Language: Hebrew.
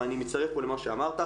אני מצטרף פה למה שאמרת.